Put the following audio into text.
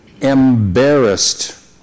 embarrassed